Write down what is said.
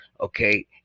okay